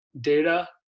data